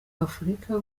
w’afurika